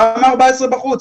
למה 14 בחוץ?